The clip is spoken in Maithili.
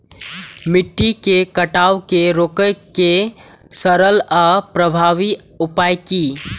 मिट्टी के कटाव के रोके के सरल आर प्रभावी उपाय की?